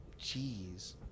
Jeez